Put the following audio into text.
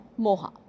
moha